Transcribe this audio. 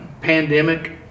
pandemic